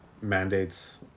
mandates